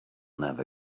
never